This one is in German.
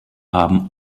haben